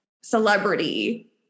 celebrity